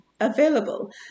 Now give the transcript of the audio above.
available